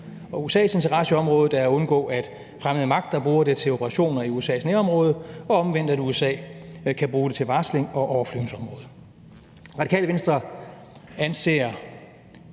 USA's interesse i området er at undgå, at fremmede magter bruger det til operationer i USA's nærområde, og omvendt, at USA kan bruge det til varsling og overflyvningsområde. Radikale Venstre anser